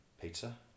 pizza